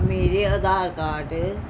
ਮੇਰੇ ਆਧਾਰ ਕਾਰਟ